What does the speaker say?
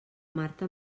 marta